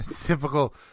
Typical